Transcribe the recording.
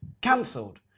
cancelled